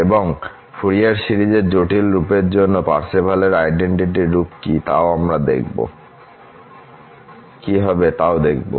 এবং আমরা ফুরিয়ার সিরিজের জটিল রূপের জন্য পার্সেভালের আইডেনটিটির Parseval's identity রূপ কী হবে তাও দেখব